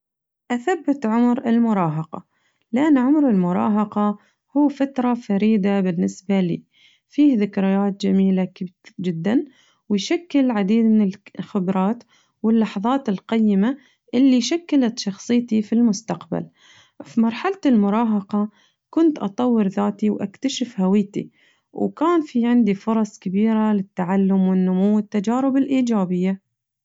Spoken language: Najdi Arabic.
أثبت عمر المراهقة لأنه عمر المراهقة هو فترة فريدة بالنسبة لي فيه ذكريات جميلة جداً ويشكل عديد من الخبرات واللحظات القيمة اللي شكلت شخصيتي في المستقبل فمرحلة المراهقة كنت أطور ذاتي وأكتشف هويتي وكان في عندي فرص كبيرة للتعلم والفنون والتجارب الإيجابية.